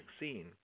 vaccine